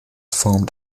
formed